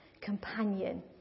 companion